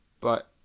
But-